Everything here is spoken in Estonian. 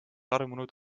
armunud